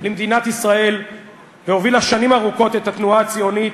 למדינת ישראל והובילה שנים ארוכות את התנועה הציונית,